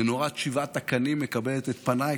מנורת שבעת הקנים מקבלת את פניי,